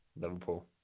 Liverpool